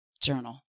journal